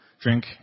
drink